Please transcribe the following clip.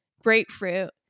grapefruit